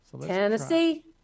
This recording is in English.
Tennessee